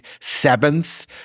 seventh